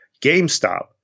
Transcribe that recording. GameStop